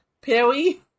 Perry